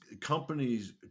companies